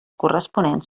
corresponents